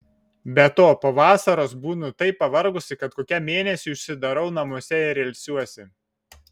be to po vasaros būnu taip pavargusi kad kokiam mėnesiui užsidarau namuose ir ilsiuosi